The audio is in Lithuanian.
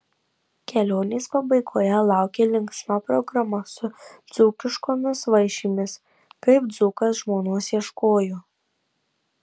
kelionės pabaigoje laukė linksma programa su dzūkiškomis vaišėmis kaip dzūkas žmonos ieškojo